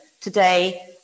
today